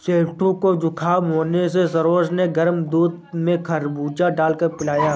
सेठू को जुखाम होने से सरोज ने गर्म दूध में खजूर डालकर पिलाया